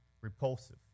repulsive